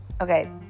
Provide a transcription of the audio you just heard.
Okay